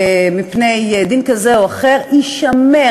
מפני דין כזה או אחר יישמר,